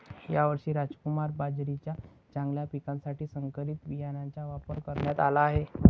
यावर्षी रामकुमार बाजरीच्या चांगल्या पिकासाठी संकरित बियाणांचा वापर करण्यात आला आहे